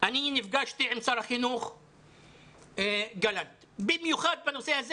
נפגשתי עם שר החינוך גלנט במיוחד בנושא הזה,